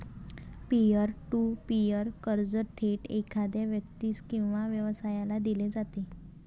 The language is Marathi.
पियर टू पीअर कर्ज थेट एखाद्या व्यक्तीस किंवा व्यवसायाला दिले जाते